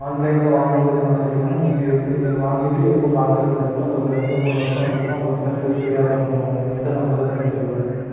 ஆன்லைனில் வாங்கும்போது என்ன சொல்கிறிங்கன்னா நீங்கள் வாங்கிட்டு எதுக்கும் காசு கட்ட தேவையில்ல உங்களுக்கு ரெண்டு மூணு வருஷம் பார்த்திங்கன்னா உங்களுக்கு சர்வீஸ் ஃப்ரீயாக தரோம்ன்றாங்க எதை நம்புகிறதுனே தெரில